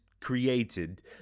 created